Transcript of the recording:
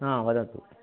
हा वदतु